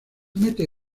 mete